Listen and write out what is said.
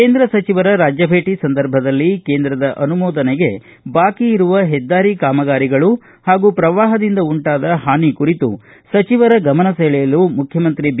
ಕೇಂದ್ರ ಸಚಿವರ ರಾಜ್ಯ ಭೇಟಿ ಸಂದರ್ಭದಲ್ಲಿ ಕೇಂದ್ರದ ಅನುಮೋದನೆಗೆ ಬಾಕಿ ಇರುವ ಹೆದ್ದಾರಿ ಕಾಮಗಾರಿಗಳು ಹಾಗೂ ಶ್ರವಾಹದಿಂದ ಉಂಟಾದ ಹಾನಿ ಕುರಿತು ಸಚಿವರ ಗಮನ ಸೆಳೆಯಲು ಮುಖ್ಯಮಂತ್ರಿ ಬಿ